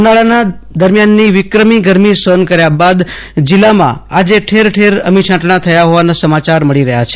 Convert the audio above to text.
ઉનાળા દરમ્યાનની વિક્રમી ગરમી સહન કાર્ય બાદ જીલ્લામાં આજે ઠેર ઠેર અમી છાંટણા કર્યા હોવાના સમાચાર મળી રહ્યા છે